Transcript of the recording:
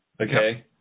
Okay